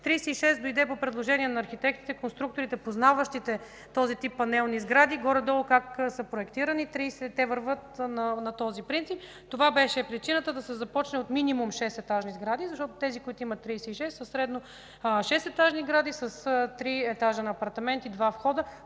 36 дойде по предложение на архитектите, конструкторите, познаващите този тип панелни сгради горе-долу как са проектирани. Те вървят на този принцип. Това беше причината да се започне от минимум шестетажни сгради, защото тези, които имат 36, са средно шестетажни сгради, с три апартамента на